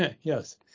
yes